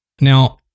Now